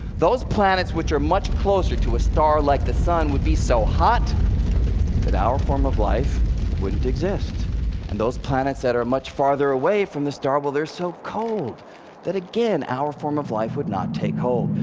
those planets which are much closer to a star like the sun would be so hot that our form of life wouldn't exist. and those planets that are much farther away from the star, well they're so cold that, again, our form of life would not take hold.